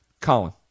Colin